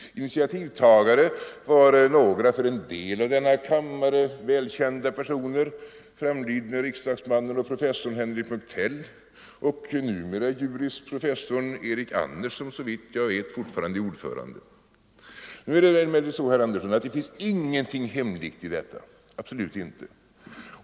Initiativtagare var några för en del av denna kammares ledamöter välkända personer: framlidne riksdagsmannen och professorn Henrik Munktell och numera juristprofessorn Erik Anners, som såvitt jag vet fortfarande är ordförande. Nu finns det emellertid inte, herr Andersson, någonting hemligt i detta. Absolut inte.